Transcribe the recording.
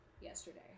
yesterday